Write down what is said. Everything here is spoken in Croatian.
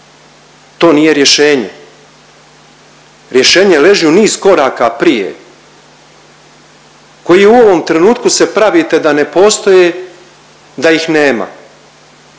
to nije rješenje. Rješenje leži u niz koraka prije koji u ovom trenutku se pravite da ne postoje, da ih nema.